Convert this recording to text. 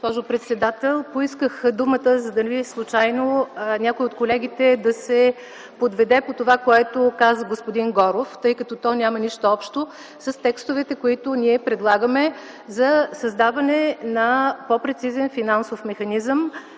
председател. Поисках думата, за да не би случайно някой от колегите да се подведе по това, което каза господин Горов, тъй като то няма нищо общо с текстовете, които ние предлагаме за създаване на по-прецизен финансов механизъм